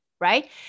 right